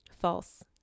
false